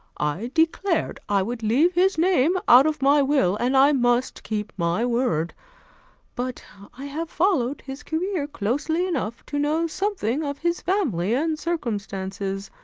i declared i would leave his name out of my will, and i must keep my word but i have followed his career closely enough to know something of his family and circumstances.